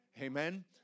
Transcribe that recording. Amen